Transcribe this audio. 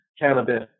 cannabis